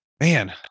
Man